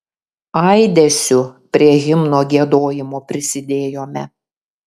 aidesiu prie himno giedojimo prisidėjome